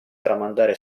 tramandare